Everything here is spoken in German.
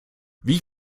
wie